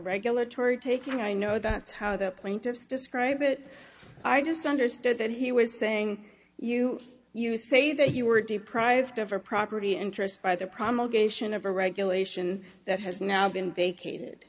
regulatory taking i know that's how the plaintiffs describe it i just understood that he was saying you you say that you were deprived of a property interest by the primal geisha neveh regulation that has now been vacated